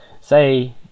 say